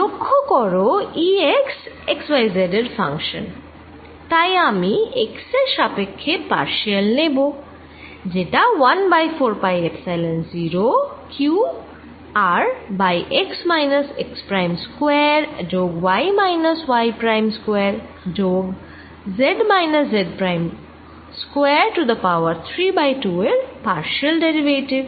লক্ষ্য কর E x x y z এর ফাঙ্কশান তাই আমি x এর সাপেক্ষ্যে পার্শিয়াল নেব যেটা 1 by 4 pi epsilon 0 q r by x minus x prime square যোগ y minus y prime square যোগ z minus z prime square to the power 3 by 2 এর পার্শিয়াল ডেরিভেটিভ